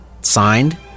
Signed